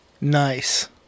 Nice